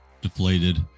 deflated